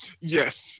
Yes